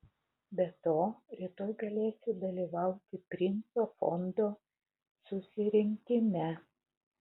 be to rytoj galėsiu dalyvauti princo fondo susirinkime